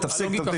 לא, תפסיק.